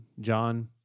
John